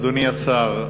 אדוני השר,